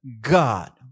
God